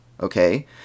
okay